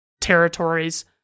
territories